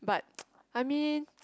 but I mean